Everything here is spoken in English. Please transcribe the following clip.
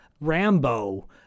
Rambo